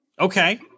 Okay